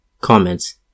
Comments